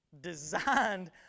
designed